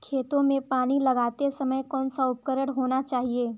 खेतों में पानी लगाते समय कौन सा उपकरण होना चाहिए?